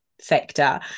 sector